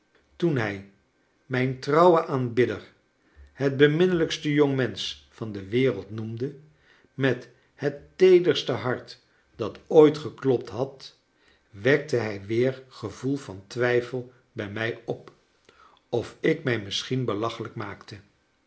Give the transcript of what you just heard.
toen hij mijn trouwen aanbidder het beminnelijkste jongmensch van de wereld noemde met het teederste hart dat ooit geklopt had wekte hij weer gevoel van twijfel bij mij op of ik mij misschien belachelrjk maakte